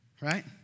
Right